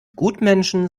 gutmenschen